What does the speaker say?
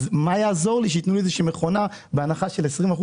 אז מה יעזור לי שייתנו לי איזושהי מכונה בהנחה של 20%?